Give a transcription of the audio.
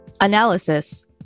Analysis